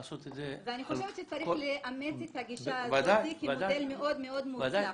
שצריך לאמץ את הגישה הזאת כמודל מאוד מוצלח.